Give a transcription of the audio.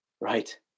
right